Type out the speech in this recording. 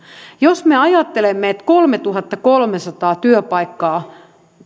jos me ajattelemme että kolmetuhattakolmesataa työpaikkaa vähemmän